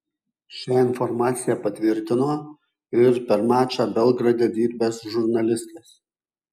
šią informacija patvirtino ir per mačą belgrade dirbęs žurnalistas